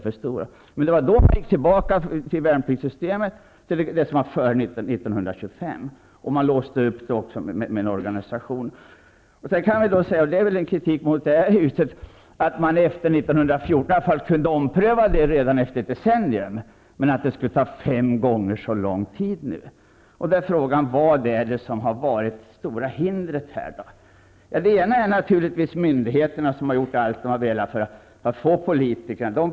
Men det var i samband med världskriget som riksdagen gick tillbaka till det värnpliktssystem som rådde före 1925, och man låste sig också vid med en organisation. En kritik mot det här huset är att man efter 1914 kunde ompröva beslutet redan efter ett decennium. Men att gången efter skulle ta fem gånger så lång tid! Frågan är vad som har varit det stora hindret. En faktor är naturligtvis myndigheterna, som har gjort allt vad de kunnat för att påverka politiken.